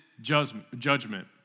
judgment